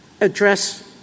Address